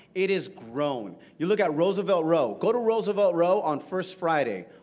it has grown. you look at roosevelt row. go to roosevelt row on first friday.